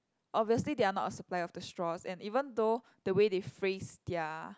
obviously they're not a supplier of the straws and even though the way they phrase their